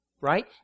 right